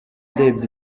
ndebye